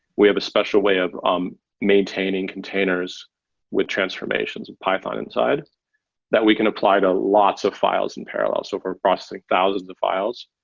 we have a special way of um maintaining containers with transformations of python inside that we can apply to lots of files in parallel. so if we're processing thousands of files,